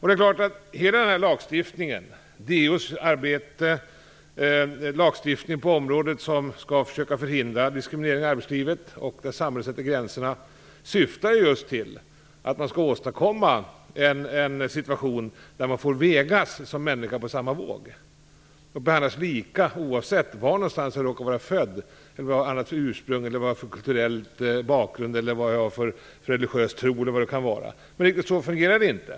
Det är klart att Diskrimineringsombudsmannens arbete och hela lagstiftningen på området, som skall försöka förhindra diskriminering i arbetslivet och där samhället sätter gränserna, just syftar till att åstadkomma en situation där man som människa får vägas på samma våg och behandlas lika oavsett var man råkar vara född, har för ursprung, kulturell bakgrund eller religiös tro. Men riktigt så fungerar det inte.